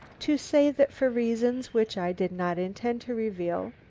to say that for reasons which i did not intend to reveal,